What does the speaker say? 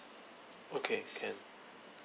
okay can